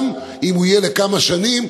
גם אם הוא יהיה לכמה שנים,